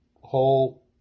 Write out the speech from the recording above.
whole